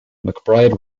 mcbride